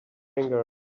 anger